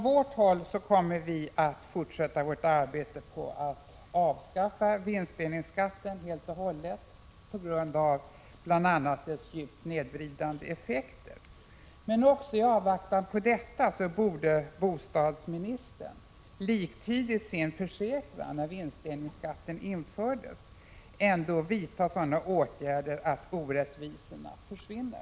Vi kommer från moderat håll att fortsätta vårt arbete på att avskaffa vinstdelningsskatten helt och hållet, bl.a. på grund av dess djupt snedvridande effekter. Men också i avvaktan på detta borde bostadsministern — i enlighet med sin försäkran när vinstdelningsskatten infördes — ändå vidta sådana åtgärder att orättvisorna försvinner.